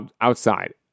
outside